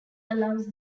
allows